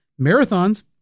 Marathons